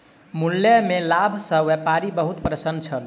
मूल्य में लाभ सॅ व्यापारी बहुत प्रसन्न छल